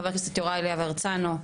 חבר הכנסת יוראי להב הרצנו,